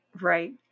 Right